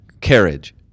Carriage